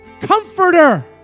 Comforter